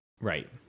Right